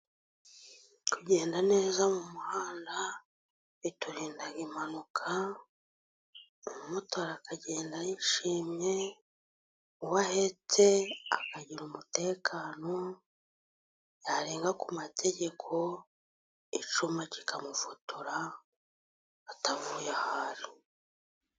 Kugenda neza mu muhanda biturinda impanuka, umumotori akagenda yishimye, uwahetse akagira umutekano, yarenga ku mategeko icyuma kikamufotora atavuye aho ari.